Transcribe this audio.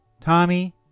Tommy